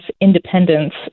independence